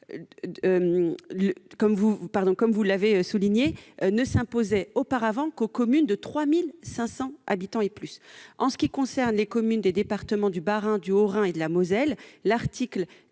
comme vous l'avez souligné, ne s'imposait auparavant qu'aux communes de 3 500 habitants et plus. Pour ce qui concerne les communes des départements du Bas-Rhin, du Haut-Rhin et de la Moselle, l'article